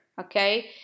okay